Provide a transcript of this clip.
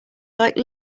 like